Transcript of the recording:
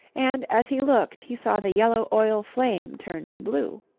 and as he looked he saw the yellow oil flame turn to blue.